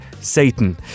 Satan